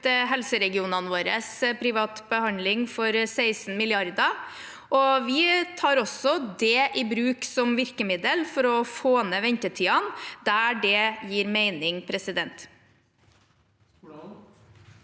helseregionene våre privat behandling for 16 mrd. kr, og vi tar også det i bruk som virkemiddel for å få ned ventetidene der det gir mening. Morten